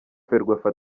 ferwafa